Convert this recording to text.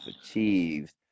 achieved